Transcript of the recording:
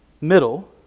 middle